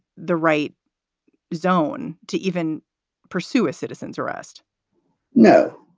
the right zone to even pursue a citizen's arrest no,